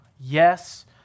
yes